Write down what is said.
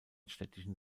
städtischen